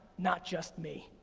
not just me.